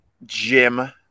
Jim